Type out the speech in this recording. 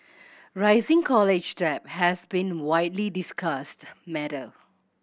rising college debt has been widely discussed matter